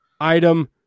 item